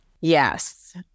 Yes